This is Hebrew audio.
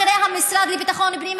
בכירי המשרד לביטחון פנים,